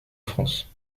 france